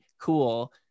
cool